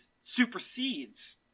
supersedes